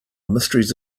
mysteries